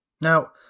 Now